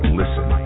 listen